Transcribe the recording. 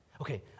okay